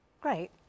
Great